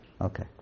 Okay